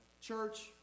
Church